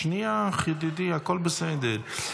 שנייה, ידידי, הכול בסדר.